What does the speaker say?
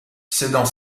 cédant